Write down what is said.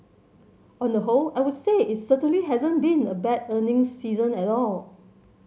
on the whole I would say it certainly hasn't been a bad earnings season at all